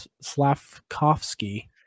Slavkovsky